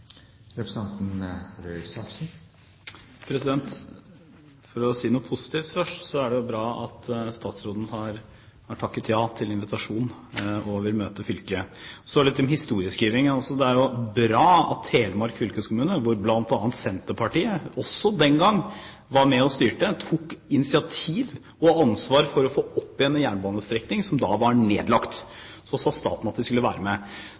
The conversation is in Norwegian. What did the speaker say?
For å si noe positivt først: Det er bra at statsråden har takket ja til invitasjonen og vil møte fylket. Så litt om historieskriving: Det er bra at Telemark fylkeskommune, hvor bl.a. Senterpartiet også den gang var med og styrte, tok initiativ og ansvar for å få opp igjen en jernbanestrekning som da var nedlagt. Så sa staten at de skulle være med.